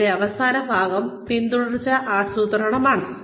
ഇവിടെ അവസാന ഭാഗം പിന്തുടർച്ച ആസൂത്രണം ആണ്